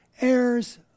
heirs